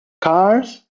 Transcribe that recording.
cars